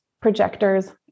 projectors